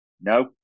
No